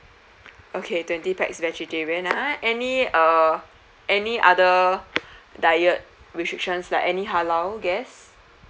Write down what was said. okay twenty pax vegetarian ah any uh any other diet restrictions like any halal guest